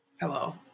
Hello